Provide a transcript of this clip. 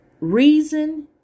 Reason